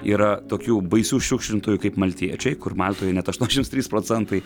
yra tokių baisių šiukšlintojų kaip maltiečiai kur maltoje net aštuoniasdešimts trys procentai